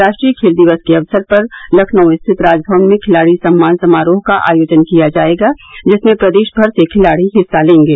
राष्ट्रीय खेल दिवस के अवसर पर लखनऊ स्थित राजभवन में खिलाड़ी सम्मान समारोह का आयोजन किया जायेगा जिसमें प्रदेश भर से खिलाड़ी हिस्सा लेंगे